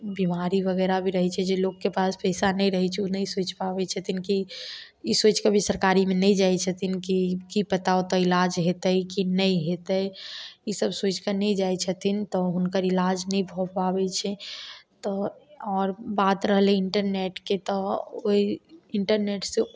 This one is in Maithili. बीमारी वगैरह भी रहै छै जे लोक के पैसा नहि रहै छै ओ नहि सोचि पाबै छथिन की ई सोचि कऽ भी सरकारी मे नहि जाइ छथिन कि की पता ओतऽ इलाज हेतै कि नहि हेतै ई सब सोचिकऽ नहि जाइ छथिन तऽ हुनकर इलाज नहि भऽ पाबै छै तऽ आओर बात रहलै इन्टरनेटके तऽ ओहि इन्टरनेट से